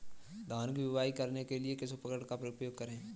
धान की बुवाई करने के लिए किस उपकरण का उपयोग करें?